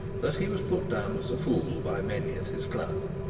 that he was put down as a fool by many at his club.